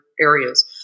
areas